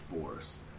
force